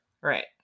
Right